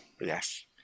Yes